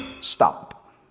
stop